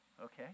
Okay